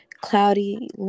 Cloudy